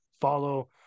follow